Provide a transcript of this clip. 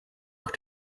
noch